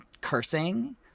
cursing